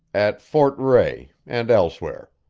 at fort rae, and elsewhere.